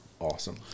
awesome